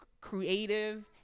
creative